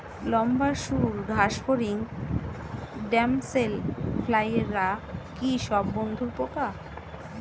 লম্বা সুড় ঘাসফড়িং ড্যামসেল ফ্লাইরা কি সব বন্ধুর পোকা?